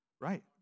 Right